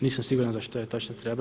Nisam siguran za što joj točno treba.